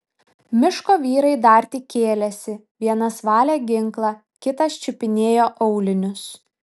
miško vyrai dar tik kėlėsi vienas valė ginklą kitas čiupinėjo aulinius